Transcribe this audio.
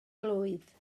blwydd